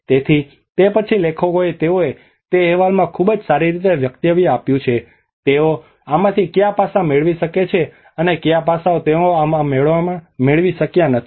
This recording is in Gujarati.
તેથી તે પછી લેખકોએ તેઓએ તે અહેવાલમાં ખૂબ જ સારી રીતે વક્તવ્ય આપ્યું છે કે તેઓ આમાંથી કયા પાસા મેળવી શકે છે અને કયા પાસાઓ તેઓ આમાં મેળવી શક્યા નથી